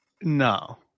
No